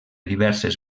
diverses